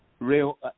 real